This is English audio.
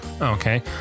Okay